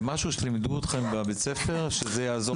זה משהו שלימדו אתכם בבית הספר שיעזור לכם בטיעון?